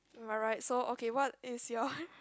am I right so okay what is your